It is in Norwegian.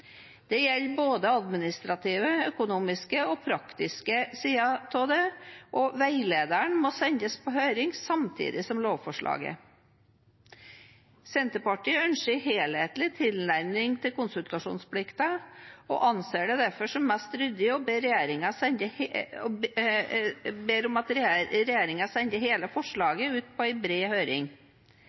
Det gjelder både administrative, økonomiske og praktiske sider ved det, og veilederen må sendes på høring samtidig med lovforslaget. Senterpartiet ønsker en helhetlig tilnærming til konsultasjonsplikten og anser det derfor som mest ryddig å be regjeringen sende forslaget ut på en bred høring. I komiteens forslag til vedtak ber vi om at